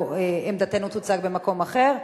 או: עמדתנו תוצג במקום אחר,